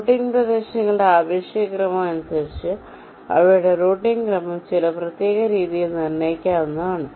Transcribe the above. routing പ്രദേശങ്ങളുടെ ആപേക്ഷിക ക്രമം അനുസരിച്ച് അവയുടെ റൂട്ടിംഗ് ക്രമം ചില പ്രത്യേക രീതിയിൽ നിർണ്ണയിക്കാവുന്നതാണ്